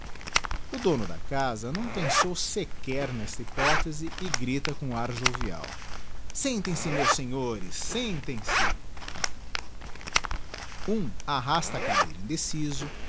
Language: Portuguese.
o dono da casa não pensou sequer nesta hypothese e grita com ar jovial sentem-se meus senhores sentem-se digiti zedby google ura arrasta a cadeira indeciso